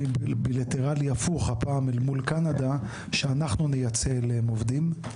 בילטרליים הפוך הפעם אל מול קנדה שאנחנו נייצא אליהם עובדים.